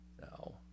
No